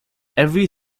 every